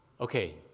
Okay